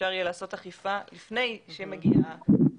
שאפשר יהיה לעשות אכיפה לפני שזה מגיע לשריפה.